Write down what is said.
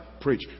preach